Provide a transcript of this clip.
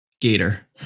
Gator